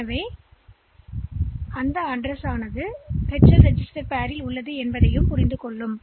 எனவே இது எவ்வாறு செயல்படுகிறது என்பதைப் பார்ப்போம்